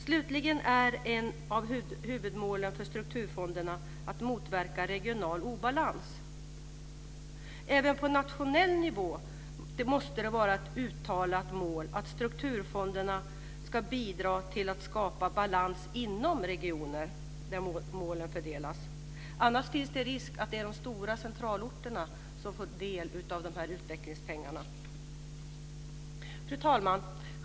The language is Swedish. Slutligen är ett av huvudmålen för strukturfonderna att motverka regional obalans. Även på nationell nivå måste det vara ett uttalat mål att strukturfonderna ska bidra till att skapa balans inom de regioner där medlen fördelas. Annars finns det risk för att det blir de stora centralorterna som får del av utvecklingspengarna. Fru talman!